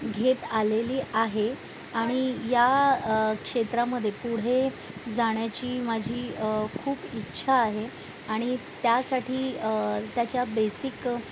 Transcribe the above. घेत आलेली आहे आणि या क्षेत्रामध्ये पुढे जाण्याची माझी खूप इच्छा आहे आणि त्यासाठी त्याच्या बेसिक